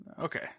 Okay